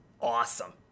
awesome